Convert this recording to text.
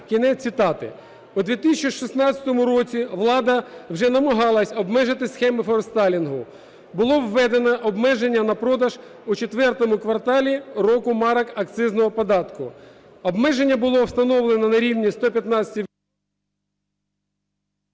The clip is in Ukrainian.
Кінець цитати. У 2016 році влада вже намагалася обмежити схеми форестелінгу. Було введено обмеження на продаж у IV кварталі року марок акцизного податку. Обмеження було встановлено на рівні 115...